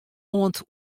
oant